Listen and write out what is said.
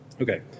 Okay